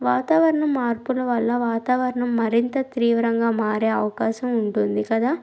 వాతావరణం మార్పుల వల్ల వాతావరణం మరింత తీవ్రంగా మారే అవకాశం ఉంటుంది కదా